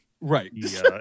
right